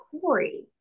Corey